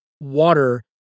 Water